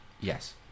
Yes